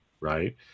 right